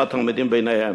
או התלמידים ביניהם?